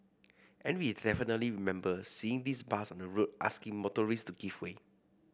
and we definitely remember seeing this bus on the road asking motorists to give way